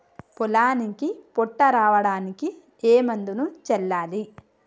పొలానికి పొట్ట రావడానికి ఏ మందును చల్లాలి?